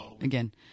again